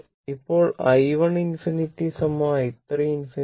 ഇപ്പോൾ i 1 ∞ i 3 ∞